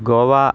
Goa